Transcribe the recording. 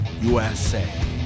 USA